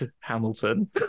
hamilton